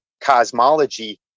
cosmology